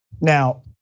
Now